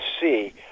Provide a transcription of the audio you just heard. see